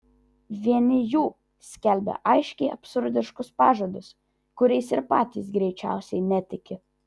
vieni jų skelbia aiškiai absurdiškus pažadus kuriais ir patys greičiausiai netiki